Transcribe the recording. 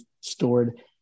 stored